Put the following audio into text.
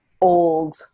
old